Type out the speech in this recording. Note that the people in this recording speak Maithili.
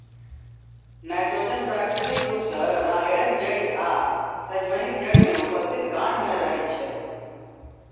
नाइट्रोजन प्राकृतिक रूप सॅ राहैड़क जड़ि आ सजमनिक जड़ि मे उपस्थित गाँठ मे रहैत छै